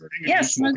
yes